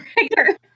writer